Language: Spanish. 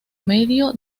medio